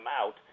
out